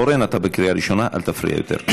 אורן, אתה בקריאה ראשונה, אל תפריע יותר.